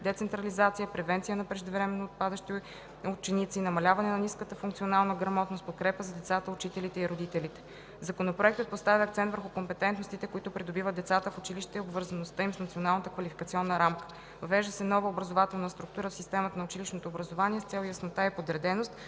децентрализация; превенция на преждевременно отпадащи ученици; намаляване на ниската функционална грамотност; подкрепа за децата, учителите и родителите. Законопроектът поставя акцент върху компетентностите, които придобиват децата в училище, и обвързаността им с Националната квалификационна рамка. Въвежда се нова образователна структура в системата на училищното образование с цел яснота и подреденост